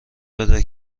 بده